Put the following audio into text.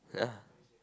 yeah